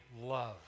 love